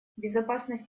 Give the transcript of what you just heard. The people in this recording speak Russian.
безопасность